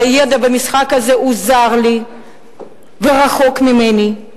והידע במשחק הזה הוא זר לי ורחוק ממני.